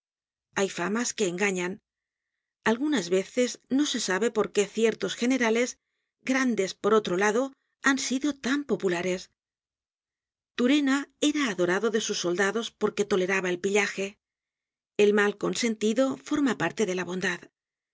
hay famas que engañan algunas veces no se sabe por qué ciertos generales grandes por otro lado han sido tan populares turena era adorado de sus soldados porque toleraba el pillaje el mal consentido forma parte de la bondad